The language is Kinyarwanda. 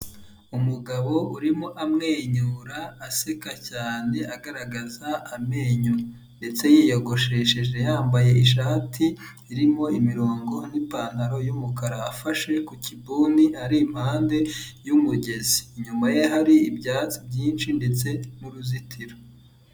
Umugabo urimo amwenyura aseka cyane agaragaza amenyo ndetse yiyogoshesheje yambaye ishati irimo imirongo n'ipantaro y'umukara, afashe ku kibuni ari impande y'umugezi, inyuma ye hari ibya byinshi ndetse n'uruzitiro.